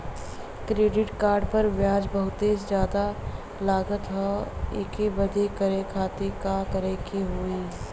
Credit card पर ब्याज बहुते ज्यादा लगत ह एके बंद करे खातिर का करे के होई?